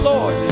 Lord